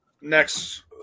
next